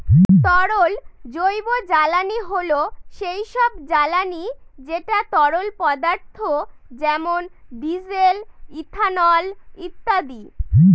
তরল জৈবজ্বালানী হল সেই সব জ্বালানি যেটা তরল পদার্থ যেমন ডিজেল, ইথানল ইত্যাদি